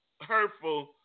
hurtful